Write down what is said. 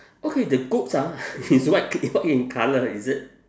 okay the goats ah is white c~ in colour is it